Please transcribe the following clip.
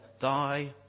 Thy